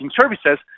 services